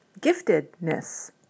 giftedness